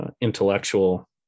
intellectual